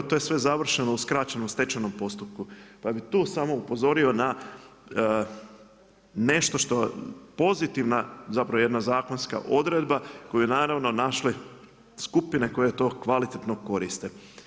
To je sve završeno u skraćenom stečajnom postupku, pa bih tu samo upozorio na nešto što pozitivna zapravo jedna zakonska odredba koju naravno naše skupine kvalitetno koriste.